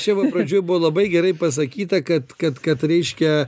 čia va pradžioj buvo labai gerai pasakyta kad kad kad reiškia